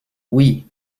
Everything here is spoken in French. oui